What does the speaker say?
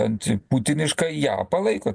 anti putiniška ją palaiko